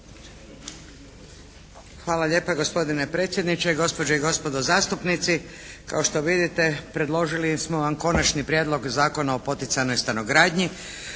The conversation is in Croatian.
Hvala lijepa gospodine predsjedniče, gospođe i gospodo zastupnici. Kao što vidite predložili smo vam Konačni prijedlog Zakona o poticajnoj stanogradnji.